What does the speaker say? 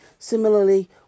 Similarly